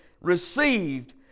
received